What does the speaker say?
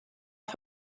par